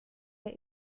der